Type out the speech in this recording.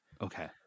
Okay